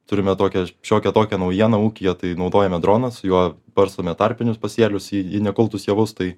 turime tokią šiokią tokią naujieną ūkyje tai naudojame droną su juo barstome tarpinius pasėlius į į nekultus javus tai